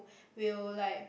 will like